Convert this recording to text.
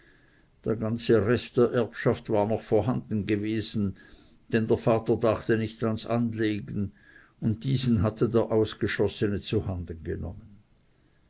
der ganze rest der erbschaft war noch vorhanden gewesen denn der vater dachte nicht ans anlegen und diesen hatte der ausgeschossene zu händen genommen